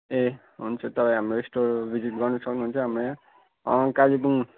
ए हुन्छ त हाम्रो स्टोर भिजिट गर्नु सक्नु हुन्छ हाम्रो यहाँ कालेबुङमा